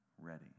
ready